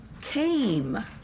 came